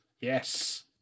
Yes